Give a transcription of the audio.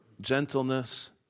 gentleness